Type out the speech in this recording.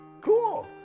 Cool